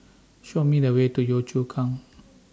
Show Me The Way to Yio Chu Kang